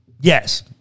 Yes